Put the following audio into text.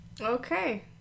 Okay